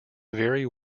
vary